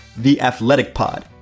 theathleticpod